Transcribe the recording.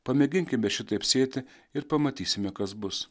pamėginkime šitaip sėti ir pamatysime kas bus